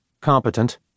Competent